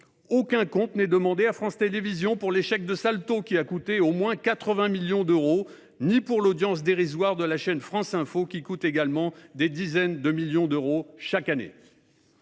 aucun compte n'est demandé à France Télévisions pour l'échec de Salto, qui a coûté au moins 80 millions d'euros, ni pour l'audience dérisoire de la chaîne France Info, qui coûte également des dizaines de millions d'euros chaque année.